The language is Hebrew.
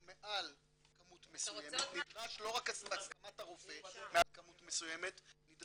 מעל כמות מסוימת נדרשת לא רק הסכמת הרופא, נדרשת